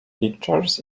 pictures